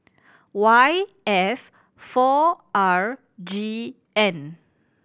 Y F four R G N